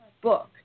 book